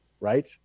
right